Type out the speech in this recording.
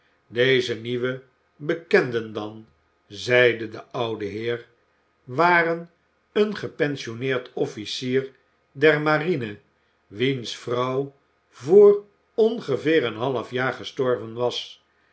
deze nieuwe bekenden dan zeide de oude heer waren een gepensioneerd officier der marine wiens vrouw voor ongeveer een half jaar gestorven was